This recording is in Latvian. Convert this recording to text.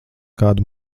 kādu